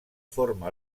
forma